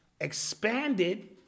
expanded